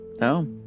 No